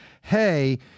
hey